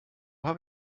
habe